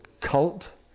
cult